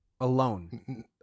Alone